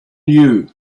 you